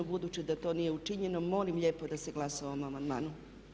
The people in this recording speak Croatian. Budući da to nije učinjeno molim lijepo da se glasa o ovom amandmanu.